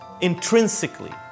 intrinsically